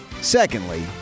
secondly